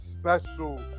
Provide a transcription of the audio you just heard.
special